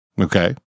Okay